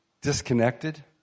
disconnected